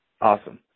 Awesome